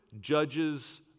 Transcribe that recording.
judges